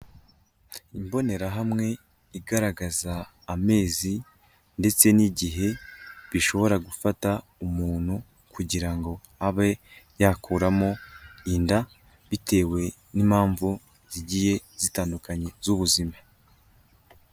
Imbonerahamwe igaragaza amezi ndetse n'igihe bishobora gufata umuntu kugira ngo abe yakuramo inda bitewe n'impamvu zigiye zitandukanye z'ubuzima.